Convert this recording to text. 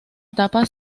etapa